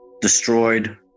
destroyed